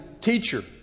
Teacher